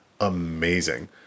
amazing